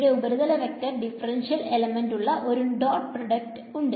അവിടെ ഉപരിതല vector differential element ഉള്ള ഒരു ഡോട്ട് പ്രോഡക്റ്റ് ഉണ്ട്